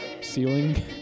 ceiling